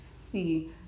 see